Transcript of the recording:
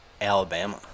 Alabama